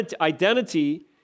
identity